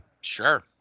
Sure